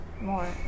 more